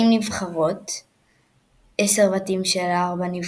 במרץ 2016 הציע ג'אני אינפנטינו,